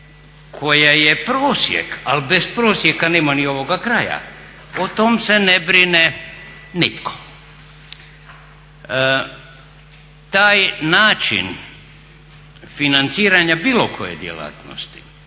koja je prosjek, ali bez prosjeka nema ni ovoga kraja o tom se ne brine nitko. Taj način financiranja bilo koje djelatnosti,